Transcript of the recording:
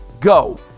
Go